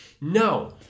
No